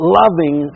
loving